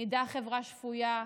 ונדע חברה שפויה,